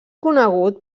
conegut